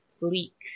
bleak